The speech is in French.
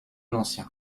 ancien